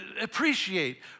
appreciate